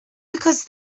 because